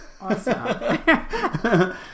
Awesome